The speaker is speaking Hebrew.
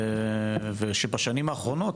ושבשנים האחרונות,